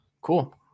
cool